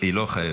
היא לא חייבת.